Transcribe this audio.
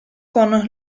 con